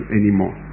anymore